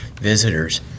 visitors